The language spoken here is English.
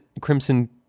Crimson